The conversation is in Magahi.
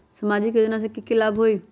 सामाजिक योजना से की की लाभ होई?